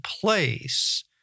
place